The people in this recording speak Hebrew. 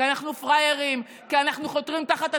כי אנחנו פראיירים, כי אנחנו חותרים תחת עצמנו.